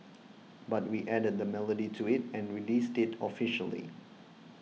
but we added the melody to it and released it officially